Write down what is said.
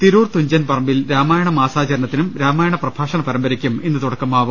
തിരൂർ തുഞ്ചൻപറമ്പിൽ രാമായണ മാസാചര ണത്തിനും രാമായണ പ്രഭാഷണ പരമ്പരയ്ക്കും ഇന്ന് തുടക്കമാവും